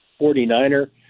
49er